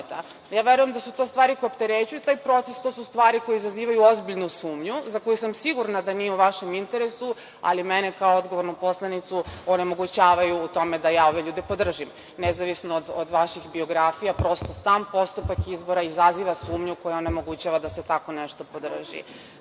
doneta. Verujem da su to stvari koje opterećuju taj proces. To su stvari koje izazivaju ozbiljnu sumnju, za koju sam sigurna da nije u vašem interesu, ali mene kao odgovornu poslanicu onemogućavaju u tome, da ja ove ljude podržim nezavisno od vaših biografija, prosto sam postupak izbora izaziva sumnju koja onemogućava da se tako nešto podrži. Danas